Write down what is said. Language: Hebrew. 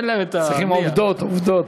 צריכים עובדות, עובדות.